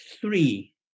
three